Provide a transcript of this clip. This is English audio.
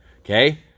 okay